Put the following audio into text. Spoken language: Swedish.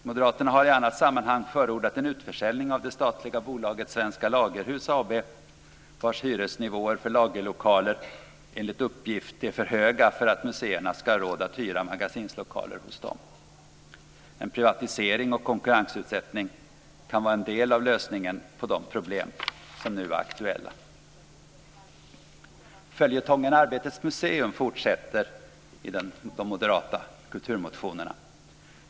Moderaterna har i annat sammanhang förordat en utförsäljning av det statliga bolaget Svenska Lagerhus AB, vars hyresnivåer för lagerlokaler enligt uppgift är för höga för att museerna ska ha råd att hyra magasinslokaler hos dem. En privatisering och konkurrensutsättning kan vara en del av lösningen på de problem som nu är aktuella. Följetongen Arbetets museum fortsätter i de moderata kulturmotionerna.